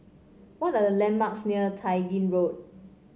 what are the landmarks near Tai Gin Road